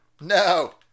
No